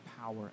power